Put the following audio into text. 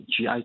GI